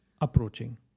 approaching